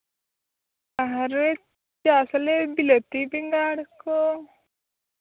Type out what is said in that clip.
ᱟᱨ ᱪᱟᱥ ᱟᱞᱮ ᱵᱤᱞᱟᱹᱛᱤ ᱵᱮᱸᱜᱟᱲ ᱠᱚ